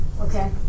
Okay